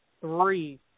three